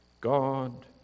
God